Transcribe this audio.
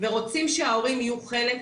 ורוצים שההורים יהיו חלק,